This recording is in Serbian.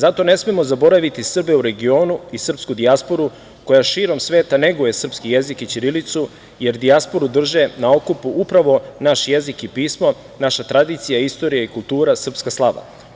Zato ne smemo zaboraviti Srbe u regionu i srpsku dijasporu koja širom sveta neguje srpski jezik i ćirilicu, jer dijasporu drže na okupu upravo naš jezik i pismo, naša tradicija, istorija i kultura, srpska slava.